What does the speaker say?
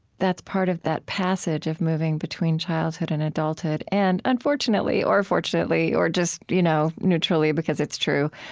that's part of that passage of moving between childhood and adulthood. and unfortunately, or fortunately, or just you know neutrally, because it's true,